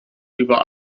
über